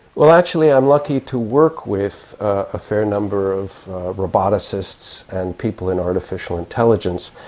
well, actually i'm lucky to work with a fair number of roboticists and people in artificial intelligence.